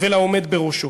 ולעומד בראשו.